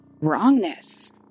wrongness